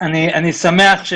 אני שמח.